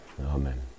amen